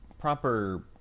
proper